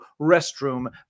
restroom